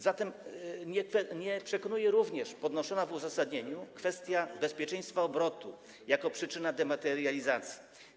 Zatem nie przekonuje również podnoszona w uzasadnieniu kwestia bezpieczeństwa obrotu jako przyczyna dematerializacji.